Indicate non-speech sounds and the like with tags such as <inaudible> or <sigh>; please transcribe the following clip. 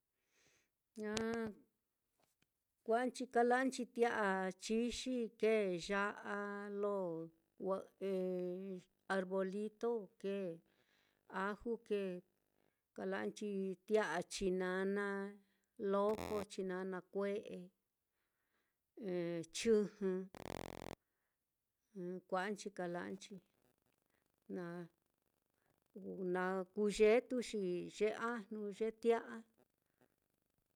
Ña kua'anchi kala'nchi tia'a chixi, kee ya'a lo <unintelligible> na <hesitation> arbolito kee, aju kee, kala'anchi tia'a chinana loko, chinana kue'e <hesitation> chɨjɨ, <noise> kua'anchi kala'anchi na na kuu yetuxi yee ajnu ye tia'a.